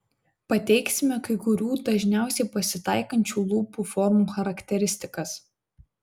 pateiksime kai kurių dažniausiai pasitaikančių lūpų formų charakteristikas